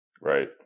Right